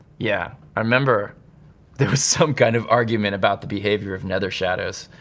yeah, i remember there was some kind of argument about the behavior of nether shadows,